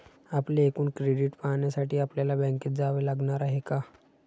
आपले एकूण क्रेडिट पाहण्यासाठी आपल्याला बँकेत जावे लागणार आहे का?